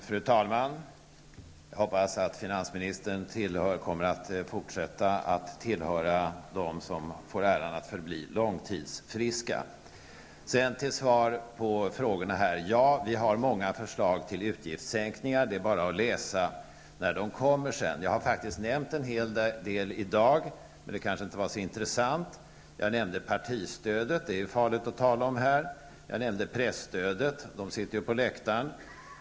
Fru talman! Jag hoppas att finansministern kommer att fortsätta att tillhöra dem som får äran att förbli långtidsfriska. Jag skall svara på de frågor som har ställts. Ja, vi har många förslag till utgiftssänkningar. Det är bara att läsa dessa förslag när de kommer. Jag har faktiskt nämnt en hel del i dag, men det kanske inte var så intressant. Jag nämnde partistödet, vilket är farligt att tala om här. Jag nämnde presstödet, och pressen sitter ju på läktaren.